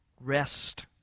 rest